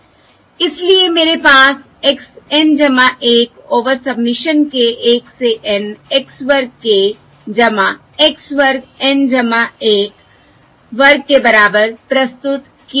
इसलिए मेरे पास x N 1 over summation k 1 से N x वर्ग k x वर्ग N 1 वर्ग के बराबर प्रस्तुत किया गया है